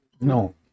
No